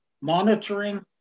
monitoring